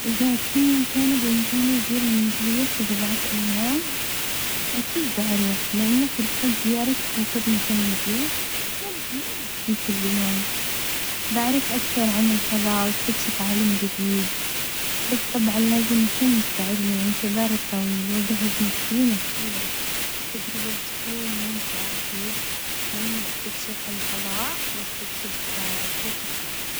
إذا كن كانا بإمكاني أزور المريخ لبظعة أيام أكيد بروح لأن فرصة زيارة كوكب مثل المريخ ما ما بتيجي كل يوم، بعرف أكثر عن الفضاء وأستكشف عالم جديد، بس طبعًا لازم أكون مستعدة للإنتظار الطويل وأجهز نفسي نفسيًا، تجربة بتكون ممتعة أكيد لأني بستكشف الفظاء وأستكشف كوكب آخر.